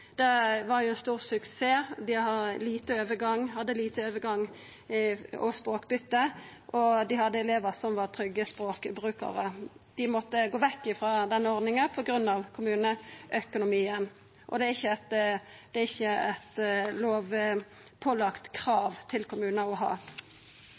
Det var ein stor suksess. Dei hadde lite overgang og språkbyte, og dei hadde elevar som var trygge språkbrukarar. Dei måtte gå vekk frå denne ordninga på grunn av kommuneøkonomien. Det er ikkje eit